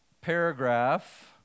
paragraph